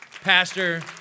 Pastor